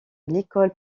nicole